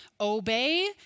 Obey